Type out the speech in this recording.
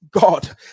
God